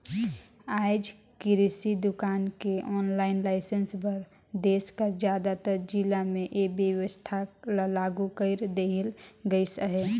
आएज किरसि दुकान के आनलाईन लाइसेंस बर देस कर जादातर जिला में ए बेवस्था ल लागू कइर देहल गइस अहे